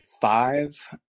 five